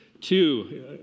Two